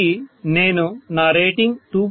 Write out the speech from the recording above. కాబట్టి నేను నా రేటింగ్ 2